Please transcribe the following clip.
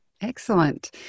Excellent